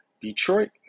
Detroit